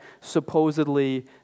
supposedly